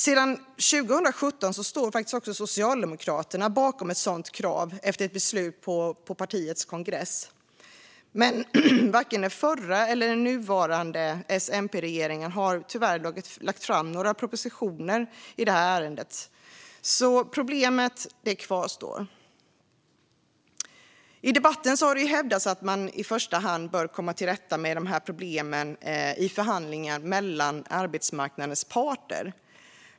Sedan 2017 står faktiskt också Socialdemokraterna bakom ett sådant krav, efter ett beslut på partiets kongress. Men varken den förra eller den nuvarande S-MP-regeringen har tyvärr lagt fram några propositioner i ärendet. Problemet kvarstår alltså. I debatten har det hävdats att man i första hand bör komma till rätta med dessa problem i förhandlingar mellan arbetsmarknadens parter.